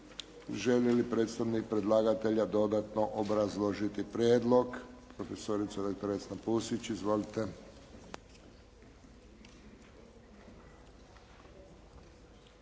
Želi li predstavnik predlagatelja dodatno obrazložiti prijedlog? Profesorica Vesna Pusić. **Pusić,